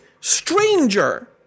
stranger